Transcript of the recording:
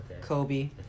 Kobe